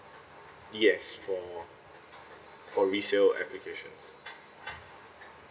yes for for resale applications